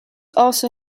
also